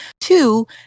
Two